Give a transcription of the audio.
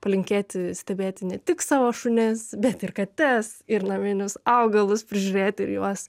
palinkėti stebėti ne tik savo šunis bet ir kates ir naminius augalus prižiūrėti ir juos